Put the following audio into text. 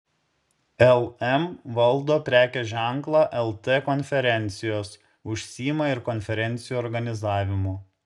lm valdo prekės ženklą lt konferencijos užsiima ir konferencijų organizavimu